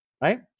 right